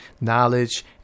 knowledge